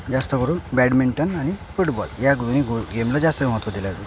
जास्त करून बॅडमिंटन आणि फुटबॉल ह्या दोन्ही गो गेमला जास्त महत्त्व दिलं जातं